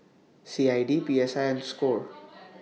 C I D P S I and SCORE